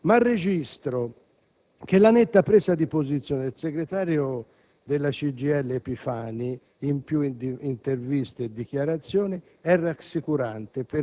C'è una legge sul lavoro e sul mercato del lavoro che qualcuno, nei luoghi di lavoro in genere, contesta perché, a suo modo di vedere, lo discrimina, lo precarizza.